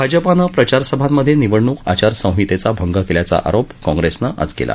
भाजपानं प्रचारसभांमधे निवडणूक आचासंहितेचा भंग केल्याचा आरोप काँग्रेसनं आज केला